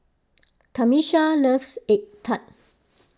Tamisha loves Egg Tart